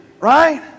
right